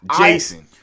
Jason